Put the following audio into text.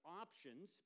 options